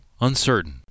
uncertain